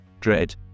dread